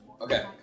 Okay